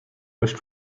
wish